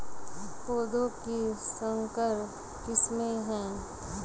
पौधों की संकर किस्में क्या हैं?